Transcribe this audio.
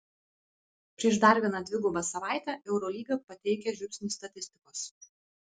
prieš dar vieną dvigubą savaitę eurolyga pateikia žiupsnį statistikos